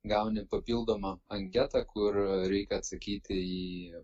gauni papildomą anketą kur reikia atsakyti į